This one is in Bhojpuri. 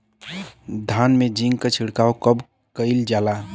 धान में जिंक क छिड़काव कब कइल जाला?